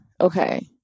okay